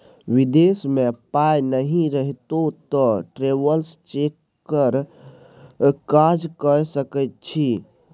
विदेश मे पाय नहि रहितौ तँ ट्रैवेलर्स चेक पर काज कए सकैत छी